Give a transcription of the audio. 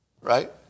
Right